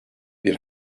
bir